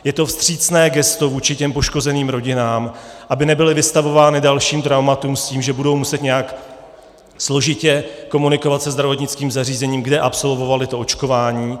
Je to vstřícné gesto vůči poškozeným rodinám, aby nebyly vystavovány dalším traumatům s tím, že budou muset nějak složitě komunikovat se zdravotnickým zařízením, kde absolvovaly to očkování.